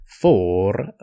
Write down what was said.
four